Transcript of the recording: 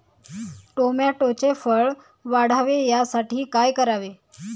टोमॅटोचे फळ वाढावे यासाठी काय करावे?